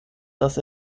dass